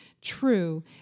True